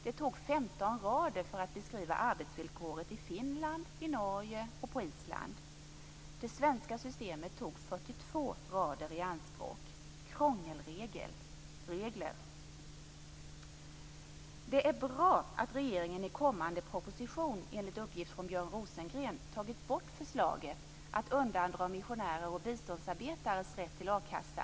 Det behövdes 15 rader för att beskriva arbetsvillkoret i Finland, i Norge och på Island. Det är bra att regeringen i kommande proposition - enligt uppgift från Björn Rosengren - tagit bort förslaget att undandra missionärers och biståndsarbetares rätt till a-kassa.